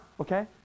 okay